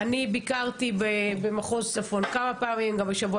אני ביקרתי במחוז צפון כמה פעמים ובשבוע